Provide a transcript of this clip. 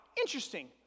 Interesting